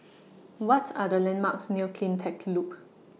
What Are The landmarks near CleanTech Loop